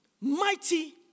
mighty